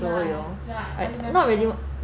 ya ya I remember